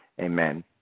Amen